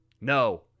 no